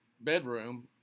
bedroom